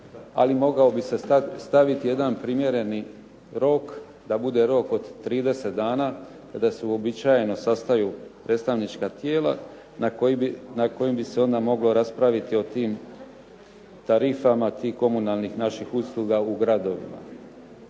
ali mogao bi se staviti jedan primjereni rok da bude rok od 30 dana, te da se uobičajeno sastaju predstavnička tijela na kojim bi se onda moglo raspraviti o tim tarifama, tih komunalnih naših usluga u gradovima.